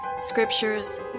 scriptures